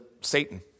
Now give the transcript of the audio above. Satan